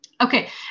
Okay